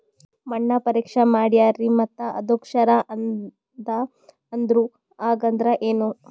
ಮಣ್ಣ ಪರೀಕ್ಷಾ ಮಾಡ್ಯಾರ್ರಿ ಮತ್ತ ಅದು ಕ್ಷಾರ ಅದ ಅಂದ್ರು, ಹಂಗದ್ರ ಏನು?